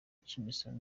cy’imisoro